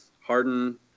Harden